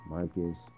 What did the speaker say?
Marcus